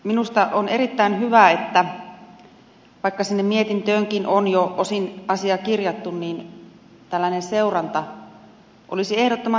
minusta se on erittäin hyvä vaikka sinne mietintöönkin on jo osin asia kirjattu ja tällainen seuranta olisi ehdottoman tärkeää